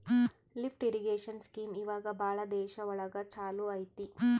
lift irrigation scheme ಇವಾಗ ಭಾಳ ದೇಶ ಒಳಗ ಚಾಲೂ ಅಯ್ತಿ